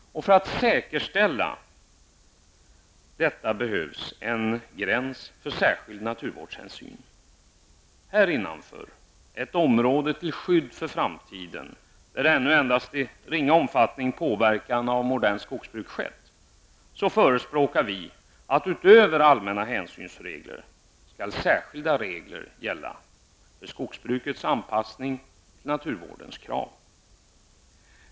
För att säkerställa skyddet behövs en gräns för särskild naturvårdshänsyn. Härinnanför -- ett område till skydd för framtiden, där ännu endast i ringa omfattning påverkan av modernt skogsbruk skett -- förespråkar vi att utöver allmänna hänsynsregler skall särskilda regler för skogsbrukets anpassning till naturvårdens krav gälla.